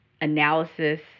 analysis